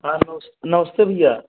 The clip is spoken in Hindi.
हाँ नमस नमस्ते भैया